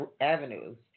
avenues